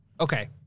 Okay